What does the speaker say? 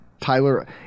Tyler